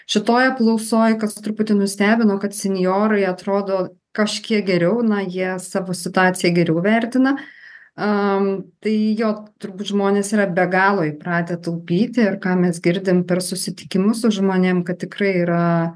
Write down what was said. šitoj apklausoj kas truputį nustebino kad sinjorui atrodo kažkiek geriau na jie savo situaciją geriau vertina tai turbūt žmonės yra be galo įpratę taupyti ir ką mes girdim per susitikimus su žmonėm kad tikrai yra